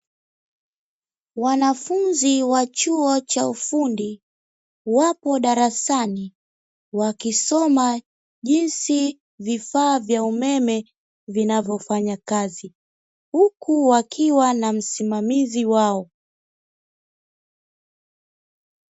Wanafunzi wa chuo cha ufundi, wapo darasani wakisoma jinsi vifaa vya umeme vinavyofanya kazi, huku wakiwa na msimamizi wao.